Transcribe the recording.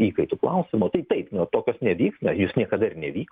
įkaitų klausimo tai taip nu tokios nevyks na jos niekada ir nevyko